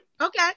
Okay